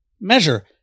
measure